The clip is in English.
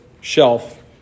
shelf